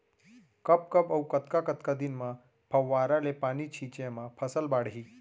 कब कब अऊ कतका कतका दिन म फव्वारा ले पानी छिंचे म फसल बाड़ही?